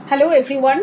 hello everyone